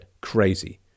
crazy